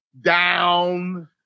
down